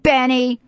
Benny